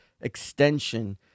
extension